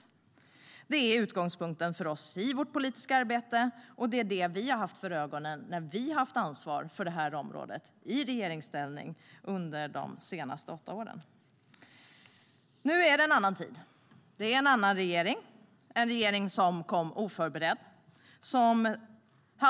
Det är utgångspunkten för oss i vårt politiska arbete, och det är vad vi hade för ögonen när vi hade ansvaret för detta område i regeringsställning under de senaste åtta åren. Nu är det en annan tid och en annan regering - en regering som kom oförberedd.